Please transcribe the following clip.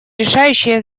решающее